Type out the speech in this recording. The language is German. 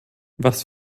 was